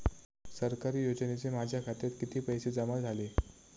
सरकारी योजनेचे माझ्या खात्यात किती पैसे जमा झाले?